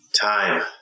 Time